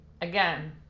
Again